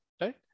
right